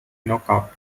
knockout